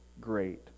great